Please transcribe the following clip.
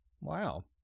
wow